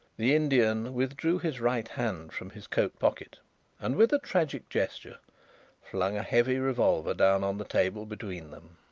the indian withdrew his right hand from his coat pocket and with a tragic gesture flung a heavy revolver down on the table between them.